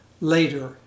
later